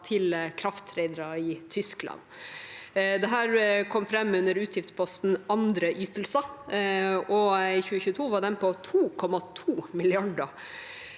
til krafttradere i Tyskland. Dette kom fram under utgiftsposten «andre ytelser», og i 2022 var den på 2,2 mrd.